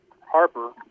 Harper